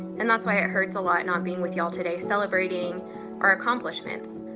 and that's why it hurts a lot not being with y'all today celebrating our accomplishments.